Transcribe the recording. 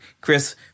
Chris